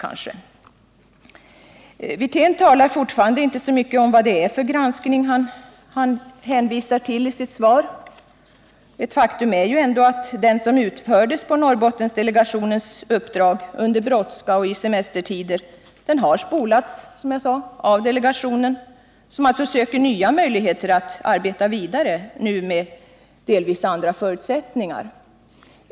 Rolf Wirtén talar fortfarande inte så mycket om vad det är för granskning han hänvisar till i sitt svar. Ett faktum är ändå att denna, som utförts på Norrbottensdelegationens uppdrag under brådska och i semestertider, som jag sade har spolats av delegationen, som nu söker nya möjligheter att arbeta vidare under delvis andra förutsättningar.